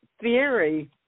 theory